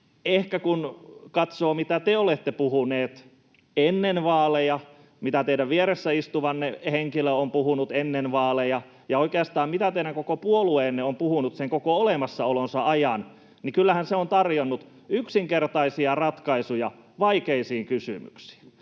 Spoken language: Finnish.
ehkä kun katsoo, mitä te olette puhunut ennen vaaleja, mitä teidän vieressänne istuva henkilö on puhunut ennen vaaleja ja mitä oikeastaan teidän koko puolueenne on puhunut koko olemassaolonsa ajan, niin kyllähän se on tarjonnut yksinkertaisia ratkaisuja vaikeisiin kysymyksiin.